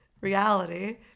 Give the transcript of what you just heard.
reality